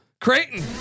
Creighton